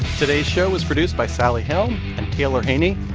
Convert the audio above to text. today's show was produced by sally helm and taylor haney.